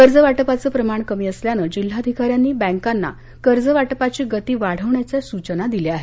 कर्ज वाटपाचं प्रमाण कमी असल्यानं जिल्हाधिकाऱ्यांनी बँकांना कर्ज वाटपाची गती वाढवण्याच्या सूचना दिल्या आहेत